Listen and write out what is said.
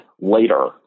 later